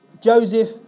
Joseph